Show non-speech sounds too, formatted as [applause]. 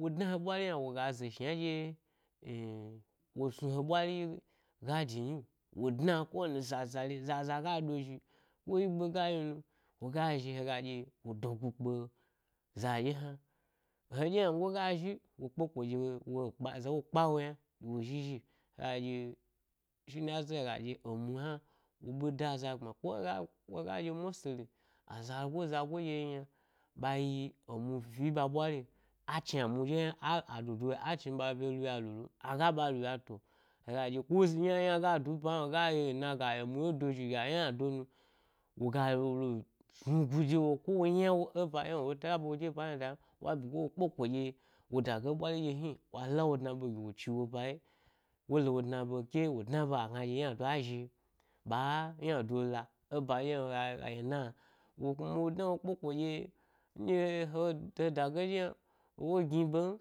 wo dna he ɓwari yna woga ze shna ɗye-ee-wo snu he ɓwari-gadi nyi, wo dna, ko wani sasale, zaza ga ɗozhi-ko nyigbe gayi nu, woga zhi hega ɗye wo dogu kpe za ɗye hna. He ɗye ynango ga zhi, wo kpeko ɗye wok pa, zawo kpa wo yna, wo zhi zhi aɗye-shine yasa emu hna, wo ɓe da aza gbma ko hega, ko hega ɗye mostly azalugoi zago eɗye yi yna ɓayi emu fi ẻ ɓa ɓwari’o achni amu ɗye yna â, â dodo a chni ɓa ɓye luya lulu m, aga ɓa luya to, hega ɗye, ko zi yna yna ga du ba hna’o gayi ena gayi emu ɗye dozhi gayi yna do nu woga lo wo wolu snugu e woyi, ko wo ynawo ebaɗye wo le taba wo de bahna da m, wa [unintelligible] ɗye wo dagai bwari ɗye hni, wa lawo dna be, ɗyewo chi wo ba ye, wo la wo dna ɓe ke wo dna eba agna ɗya ynado azhi ba ynado la e baɗye’o a, a, ina-wogna wo dna wo kpeko ɗye-ndye he, he dagai ɗye hna wo gni bem.